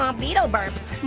um beetle burps,